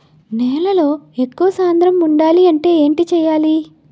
నేలలో ఎక్కువ సాంద్రము వుండాలి అంటే ఏంటి చేయాలి?